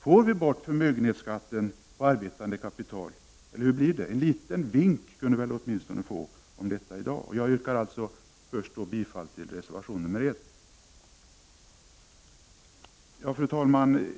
Får vi bort förmögenhetsskatten på arbetande kapital eller hur blir det? En liten virk kan vi väl få! Jag yrkar bifall till reservation nr 1. Fru talman!